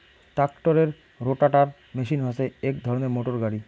ট্রাক্টরের rotator machine হসে এক ধরণের মোটর গাড়ি